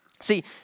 See